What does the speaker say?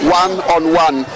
one-on-one